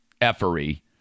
effery